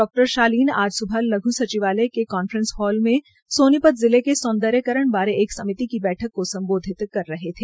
डा शालीन आज सुबह लघ् सचिवालय के कांफ्रेसिंग हाल मे सोनीपत के सौन्दर्यकरण बारे एक समिति की बैठक को सम्बोधित कर रहे थे